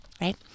right